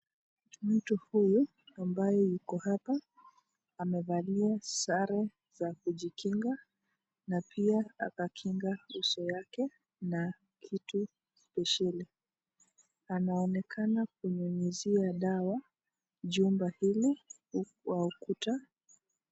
Mtu huyu ambaye yuko hapa amevalia sare za kujikinga na pia akakinga uso yake na kitu spesheli, anaonekana kunyunyizia dawa jumba hili kwa ukuta.